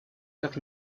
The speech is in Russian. как